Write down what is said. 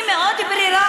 אני מאוד ברורה,